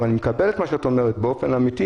אבל אני מקבל את מה שאת אומרת באופן אמיתי